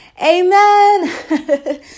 Amen